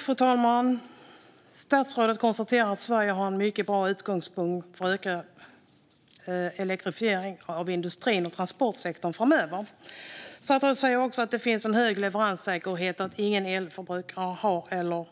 Fru talman! Statsrådet konstaterar att Sverige har en mycket bra utgångspunkt för ökad elektrifiering av industrin och transportsektorn framöver. Statsrådet säger också att det finns en hög leveranssäkerhet och att ingen elförbrukare har